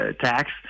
tax